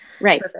Right